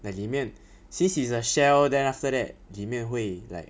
like 里面 since it's a shell then after that 里面会 like